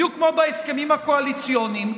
בדיוק כמו בהסכמים הקואליציוניים,